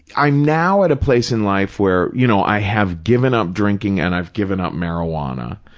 i'm now at a place in life where, you know, i have given up drinking and i've given up marijuana,